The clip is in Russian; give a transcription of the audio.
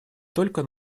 только